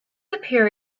appear